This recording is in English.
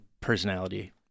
personality